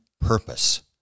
purpose